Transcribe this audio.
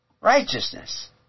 righteousness